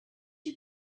you